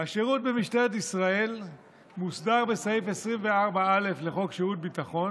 השירות במשטרת ישראל מוסדר בסעיף 24א לחוק שירות ביטחון,